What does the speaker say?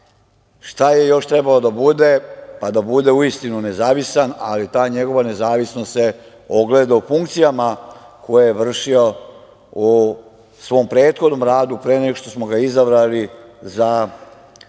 šta je još trebao da bude pa da bude uistinu nezavistan, ali ta njegova nezavisnost se ogleda u funkcijama koje je vršio u svom prethodnom radu pre nego što smo ga izabrali za Poverenika,